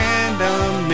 Random